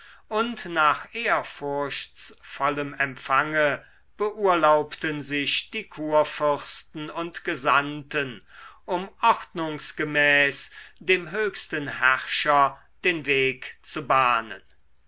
und nach ehrfurchtsvollem empfange beurlaubten sich die kurfürsten und gesandten um ordnungsgemäß dem höchsten herrscher den weg zu bahnen